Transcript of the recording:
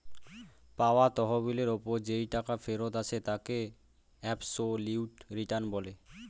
পাওয়া তহবিলের ওপর যেই টাকা ফেরত আসে তাকে অ্যাবসোলিউট রিটার্ন বলে